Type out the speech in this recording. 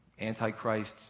Antichrist